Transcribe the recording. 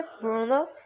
Bruno